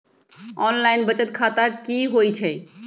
Online बचत खाता की होई छई?